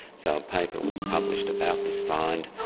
so a paper was published about this find,